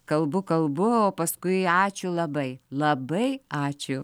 kalbu kalbu o paskui ačiū labai labai ačiū